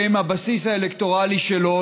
שהם הבסיס האלקטורלי שלו,